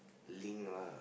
link lah